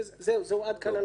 עד כאן.